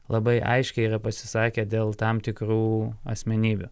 labai aiškiai yra pasisakę dėl tam tikrų asmenybių